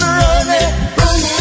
running